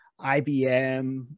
IBM